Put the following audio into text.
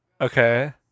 Okay